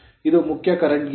ಇದು ಮುಖ್ಯ ಕರೆಂಟ್ ಗಿದೆ